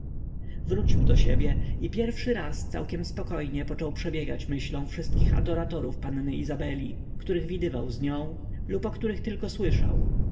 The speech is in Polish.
wrócił do siebie i pierwszy raz całkiem spokojnie począł przebiegać myślą wszystkich adoratorów panny izabeli których widywał z nią lub o których tylko słyszał